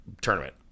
tournament